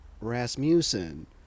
Rasmussen